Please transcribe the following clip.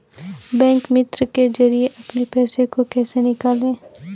Bank मित्र के जरिए अपने पैसे को कैसे निकालें?